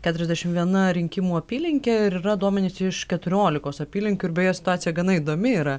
keturiasdešimt viena rinkimų apylinkė ir yra duomenys iš keturiolikos apylinkių ir beje situacija gana įdomi yra